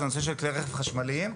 זה כלי הרכב החשמליים.